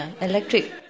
electric